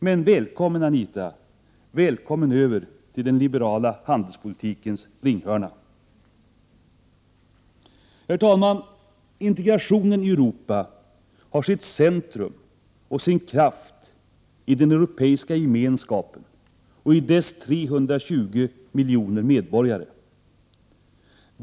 Men välkommen, Anita, välkommen över till den liberala handelspolitikens ringhörna! Herr talman! Integrationen i Europa har sitt centrum och sin kraft i den Europeiska gemenskapen och i dess 320 miljoner medborgare.